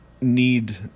need